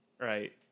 right